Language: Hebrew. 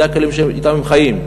אלה הכלים שאתם הם חיים.